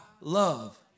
love